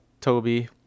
Toby